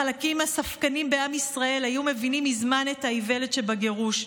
החלקים הספקניים בעם ישראל היו מבינים מזמן את האיוולת שבגירוש: